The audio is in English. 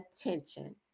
attention